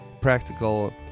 practical